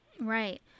Right